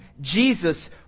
Jesus